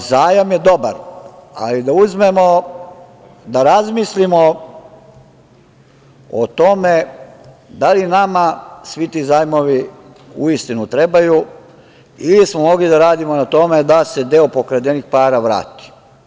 Međutim, zajam je dobar, ali da razmislimo o tome da li nama svi ti zajmovi uistinu trebaju ili smo mogli da radimo na tome da se deo pokradenih para vrati.